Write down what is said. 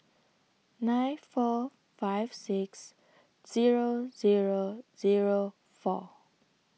nine four five six Zero Zero Zero four